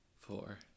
Four